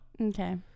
Okay